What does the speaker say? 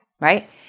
right